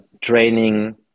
training